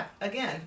again